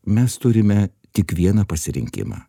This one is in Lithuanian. mes turime tik vieną pasirinkimą